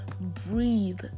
breathe